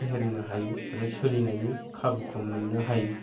फेहेरनो हायो आरो सोलिनायनि खाबुखौ मोननो हायो